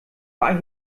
war